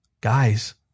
Guys